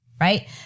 right